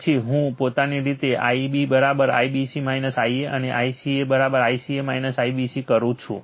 પછી હું પોતાની રીતે Ib IBC IAB અને I c ICA IBC કરું છું